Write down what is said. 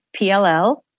PLL